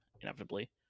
inevitably